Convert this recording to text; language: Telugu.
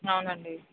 అవునండి